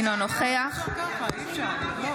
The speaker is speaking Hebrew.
אינו נוכח תודה.